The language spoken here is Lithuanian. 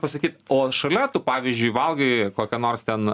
pasakyt o šalia tu pavyzdžiui valgai kokią nors ten